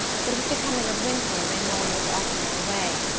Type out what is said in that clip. but with the coming of winter raymond was oftener away,